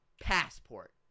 Passport